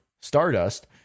Stardust